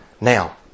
Now